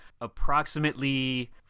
approximately